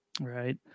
Right